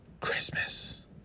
Christmas